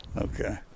Okay